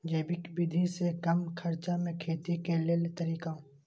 जैविक विधि से कम खर्चा में खेती के लेल तरीका?